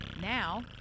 now